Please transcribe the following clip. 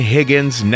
Higgins